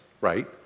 right